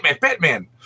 Batman